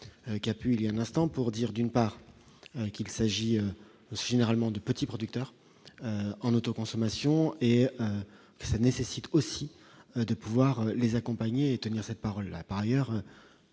qui a pu, il y a un instant pour dire d'une part qu'il s'agit généralement de petits producteurs en autoconsommation et ça nécessite aussi de pouvoir les accompagner tenir cette parole a, par ailleurs,